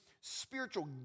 spiritual